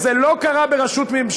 זה לא קרה בממשלה,